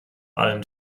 allen